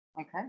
Okay